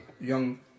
young